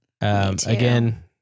Again